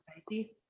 Spicy